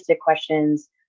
questions